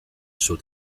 suo